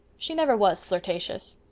she never was flirtatious.